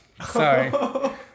Sorry